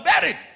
buried